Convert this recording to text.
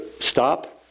stop